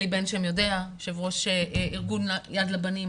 אלי בן-שם יו"ר ארגון יד לבנים יודע.